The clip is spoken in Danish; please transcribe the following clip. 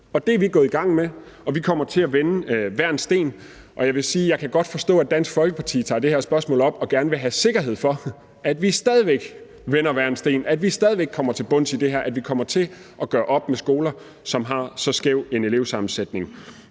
Det er vi gået i gang med, og vi kommer til at vende hver en sten. Og jeg vil sige, at jeg godt kan forstå, at Dansk Folkeparti tager det her spørgsmål op og gerne vil have sikkerhed for, at vi stadig væk vender hver en sten, at vi stadig væk kommer bunds i det her, og at vi kommer til at gøre op med skoler, som har så skæv en elevsammensætning.